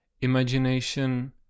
imagination